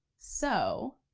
so,